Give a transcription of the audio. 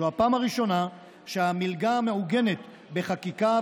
זו הפעם הראשונה שהמלגה מעוגנת בחקיקה,